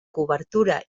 cobertura